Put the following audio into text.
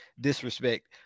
disrespect